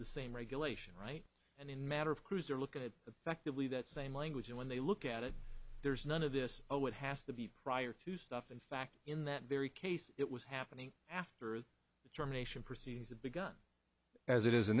the same regulation right and in matter of cruiser look at effectively that same language and when they look at it there's none of this oh it has to be prior to stuff in fact in that very case it was happening after the determination proceedings have begun as it is in